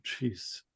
jeez